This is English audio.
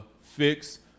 fix